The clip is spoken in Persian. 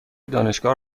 دانشگاه